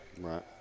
Right